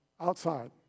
outside